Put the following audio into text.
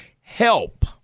help